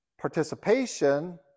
participation